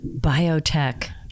biotech